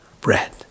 bread